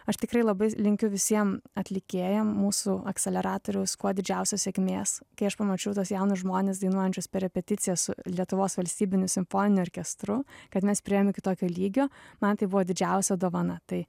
aš tikrai labai linkiu visiem atlikėjam mūsų akseleratoriaus kuo didžiausios sėkmės kai aš pamačiau tuos jaunus žmones dainuojančius per repeticijas su lietuvos valstybiniu simfoniniu orkestru kad mes priėjom iki tokio lygio man tai buvo didžiausia dovana tai